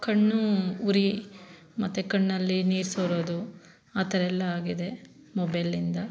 ಕಣ್ಣು ಉರಿ ಮತ್ತು ಕಣ್ಣಲ್ಲಿ ನೀರು ಸೋರೋದು ಆ ಥರ ಎಲ್ಲ ಆಗಿದೆ ಮೊಬೆಲಿಂದ